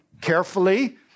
carefully